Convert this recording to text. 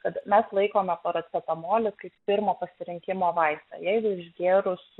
kad mes laikome paracetamolio kaip pirmo pasirinkimo vaistą jeigu išgėrus